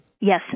Yes